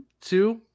Two